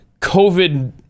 COVID